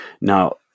now